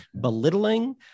belittling